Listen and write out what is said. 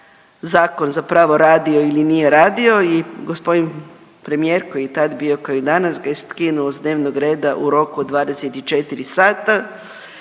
zakon zapravo radio ili nije radio i g. premijer koji je tad bio, kao i danas, ga je skinuo s dnevnog reda u roku od 24 sata